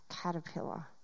caterpillar